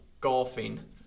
golfing